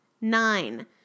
Nine